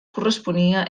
corresponia